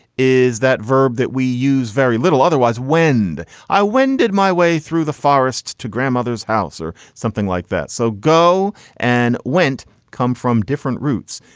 is that verb that we use very little otherwise. wende i wended my way through the forest to grandmother's house or something like that, so go and whent come from different roots.